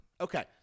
Okay